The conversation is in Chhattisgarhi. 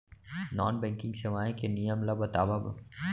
नॉन बैंकिंग सेवाएं के नियम ला बतावव?